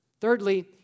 thirdly